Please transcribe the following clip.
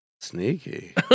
Sneaky